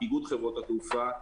איגוד חברות התעופה,